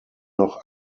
noch